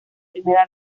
primera